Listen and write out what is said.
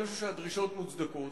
אני חושב שהדרישות מוצדקות.